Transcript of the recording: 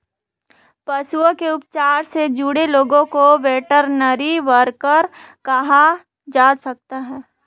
पशुओं के उपचार से जुड़े लोगों को वेटरनरी वर्कर कहा जा सकता है